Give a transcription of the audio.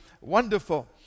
wonderful